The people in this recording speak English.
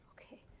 Okay